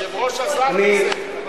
היושב-ראש עזר לזה.